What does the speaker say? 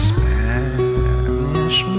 Spanish